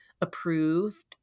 approved